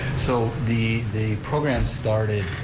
so the the program started,